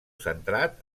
centrat